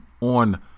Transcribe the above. on